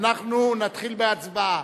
אנחנו נתחיל בהצבעה.